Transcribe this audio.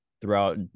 throughout